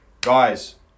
Guys